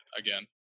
again